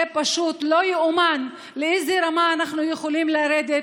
זה פשוט לא ייאמן לאיזו רמה אנחנו יכולים לרדת